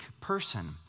person